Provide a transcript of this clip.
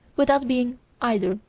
without being either.